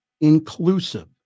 inclusive